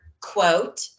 quote